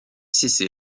cessé